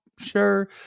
sure